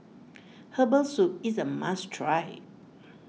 Herbal Soup is a must try